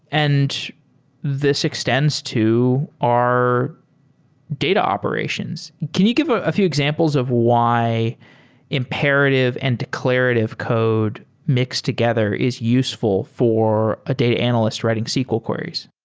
and this extends to our data operations. can you give a few examples of why imperative and declarative code mixed together is useful for a data analyst writing sql queries?